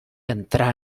entrar